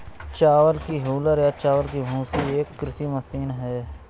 चावल की हूलर या चावल की भूसी एक कृषि मशीन है